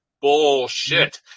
bullshit